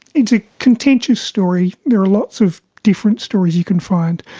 it's a contentious story, there are lots of different stories you can find.